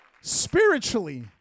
spiritually